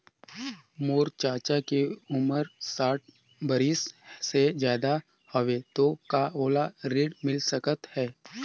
मोर चाचा के उमर साठ बरिस से ज्यादा हवे तो का ओला ऋण मिल सकत हे?